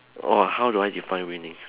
!whoa! how do I define winning